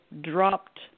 dropped